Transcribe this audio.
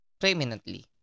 permanently